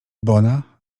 bona